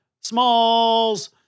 smalls